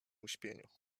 uśpieniu